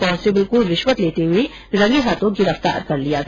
constable को रिश्वत लेते रंगे हाथ गिरफ्तार किया गया